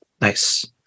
Nice